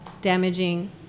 damaging